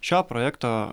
šio projekto